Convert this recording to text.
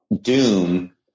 Doom